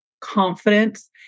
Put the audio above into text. confidence